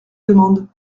demande